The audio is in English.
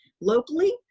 locally